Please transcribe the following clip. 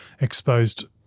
exposed